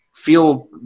feel